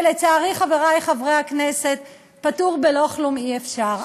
לצערי, חברי חברי הכנסת, פטור בלא כלום אי-אפשר.